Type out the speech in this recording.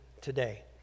today